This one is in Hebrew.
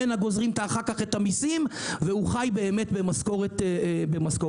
ממנה גוזרים אחר כך את המיסים והוא חי באמת במשכורת רעב.